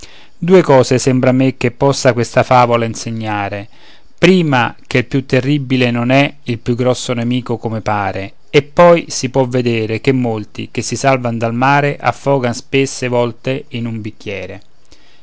due cose sembra a me che possa questa favola insegnare prima che il più terribile non è il più grosso nemico come pare e poi si può vedere che molti che si salvano dal mare affogan spesse volte in un bicchiere